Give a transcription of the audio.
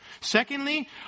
Secondly